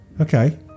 Okay